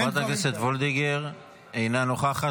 חברת הכנסת וולדיגר, אינה נוכחת.